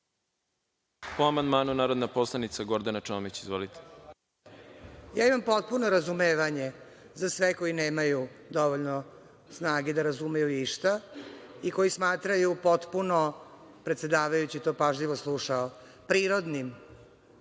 Ja imam potpuno razumevanje za sve koji nemaju dovoljno snage da razumeju išta i koji smatraju potpuno, predsedavajući je to pažljivo slušao, prirodnim